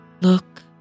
look